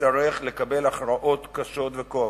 שנצטרך לקבל הכרעות קשות וכואבות,